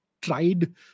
tried